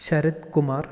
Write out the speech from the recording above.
Sarath Kumar